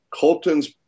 Colton's